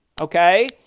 Okay